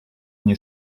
nie